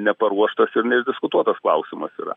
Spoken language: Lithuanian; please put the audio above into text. neparuoštas ir neišdiskutuotas klausimas yra